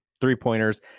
three-pointers